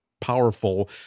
powerful